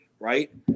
Right